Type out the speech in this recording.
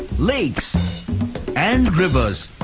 lakes and rivers.